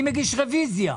אני מגיש רוויזיה.